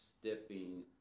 stepping